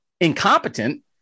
incompetent